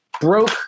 broke